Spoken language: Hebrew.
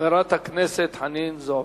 חברת הכנסת חנין זועבי.